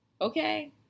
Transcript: okay